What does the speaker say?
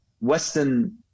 Western